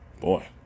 Boy